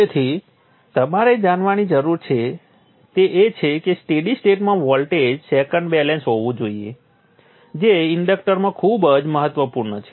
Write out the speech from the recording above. તેથી તમારે જાણવાની જરૂર છે તે એ છે કે સ્ટેડી સ્ટેટમાં વોલ્ટ સેકન્ડ બેલેન્સ હોવું જોઈએ જે ઇન્ડક્ટરમાં ખૂબ જ મહત્વપૂર્ણ છે